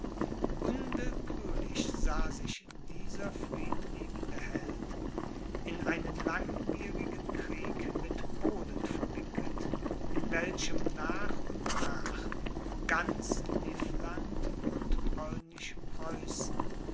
unwillkürlich sah sich dieser friedliebende held in einen langwierigen krieg mit polen verwickelt in welchem nach und nach ganz livland und polnisch preußen